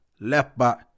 Left-back